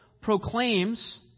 proclaims